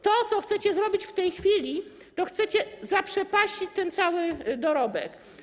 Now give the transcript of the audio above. To, co chcecie zrobić w tej chwili, to chcecie zaprzepaścić ten cały dorobek.